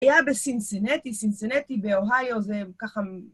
היה בסינסינטי, סינסינטי באוהיו זה ככה...